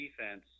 defense